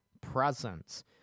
presence